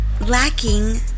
lacking